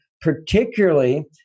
particularly